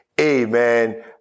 Amen